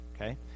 Okay